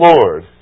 Lord